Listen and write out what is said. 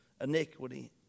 iniquity